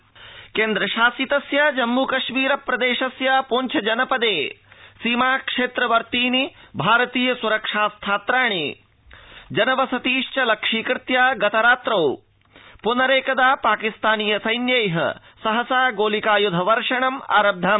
जम्मुकश्मीर संघर्षविरामोल्लंघनम् केन्द्रशासितस्य जम्मूकश्मीर प्रदेशस्य पूंछ जनपदे सीमा क्षेत्र वर्त्तीनि भारतीय सुरक्षा स्थात्राणि जनवसतीश्च लक्ष्यीकृत्य गतरात्रौ पुनरेकदा पाकिस्तानीय सैन्यै सहसा गोलिकायुध वर्षणमारब्ध्म